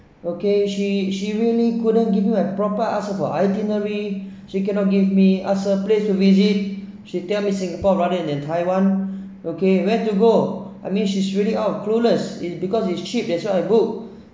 okay she she really couldn't give me a proper answer for itinerary she cannot give me answer place for visit she tells me singapore rather than taiwan okay where to go I mean she's really out of clueless it's because it's cheap that's what I book and